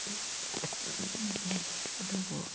ꯌꯥꯝ ꯂꯩꯌꯦ ꯑꯗꯨꯕꯨ